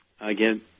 again